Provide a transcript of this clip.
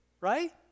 right